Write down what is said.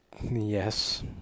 Yes